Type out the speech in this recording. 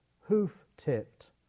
hoof-tipped